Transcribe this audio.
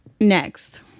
Next